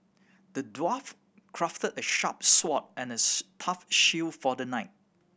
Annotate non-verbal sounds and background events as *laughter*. the dwarf crafted a sharp sword and a *unintelligible* tough shield for the knight